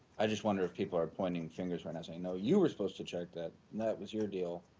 i just wonder if people are pointing fingers right now saying, no, you were supposed to check that that was your deal.